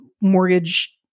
mortgage